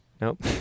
Nope